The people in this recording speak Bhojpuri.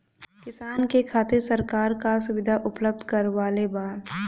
किसान के खातिर सरकार का सुविधा उपलब्ध करवले बा?